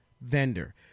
vendor